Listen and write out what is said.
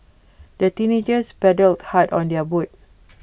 the teenagers paddled hard on their boat